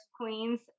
Queens